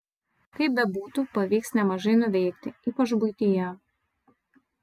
kaip bebūtų pavyks nemažai nuveikti ypač buityje